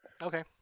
Okay